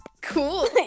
Cool